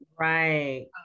Right